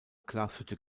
glashütte